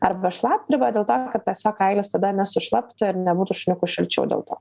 arba šlapdriba dėl to kad tiesiog kailis tada nesušlaptų ir nebūtų šuniukui šalčiau dėl to